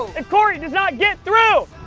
if cory does not get through,